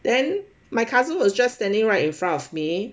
then my cousin was just standing right in front of me